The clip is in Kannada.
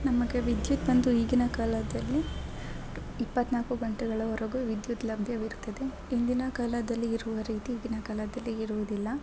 ನಮಗೆ ವಿದ್ಯುತ್ ಬಂದು ಈಗಿನ ಕಾಲದಲ್ಲಿ ಇಪ್ಪತ್ತ್ನಾಲ್ಕು ಗಂಟೆಗಳವರೆಗೂ ವಿದ್ಯುತ್ ಲಭ್ಯವಿರುತ್ತದೆ ಇಂದಿನ ಕಾಲದಲ್ಲಿ ಇರುವ ರೀತಿ ಈಗಿನ ಕಾಲದಲ್ಲಿ ಇರುವುದಿಲ್ಲ